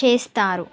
చేస్తారు